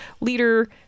leader